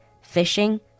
fishing